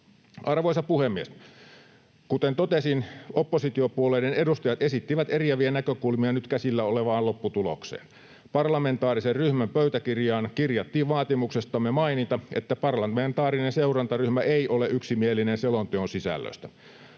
Arvoisa puhemies! Kuten totesin, oppositiopuolueiden edustajat esittivät eriäviä näkökulmia nyt käsillä olevaan lopputulokseen. Parlamentaarisen ryhmän pöytäkirjaan kirjattiin vaatimuksestamme mainita, että parlamentaarinen seurantaryhmä ei ole yksimielinen selonteon sisällöstä.